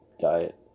diet